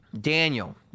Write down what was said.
Daniel